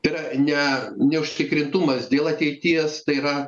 tai yra ne neužtikrintumas dėl ateities tai yra